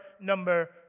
number